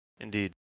Indeed